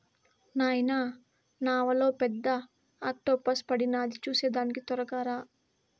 నాయనా నావలో పెద్ద ఆక్టోపస్ పడినాది చూసేదానికి తొరగా రా